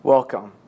Welcome